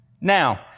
Now